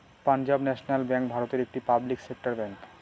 Punjab national bank ভারতের একটি public sector bank